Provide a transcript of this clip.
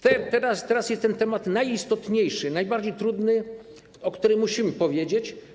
Teraz jest to temat najistotniejszy, najbardziej trudny, o którym musimy powiedzieć.